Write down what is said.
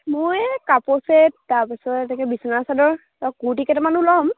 মোৰ এই কাপৰ ছেট তাৰপিছত এনেকে বিছনা চাদৰ কুৰ্তি কেইটামানো ল'ম